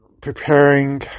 preparing